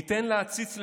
ניתן לעציץ ללבלב.